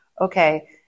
okay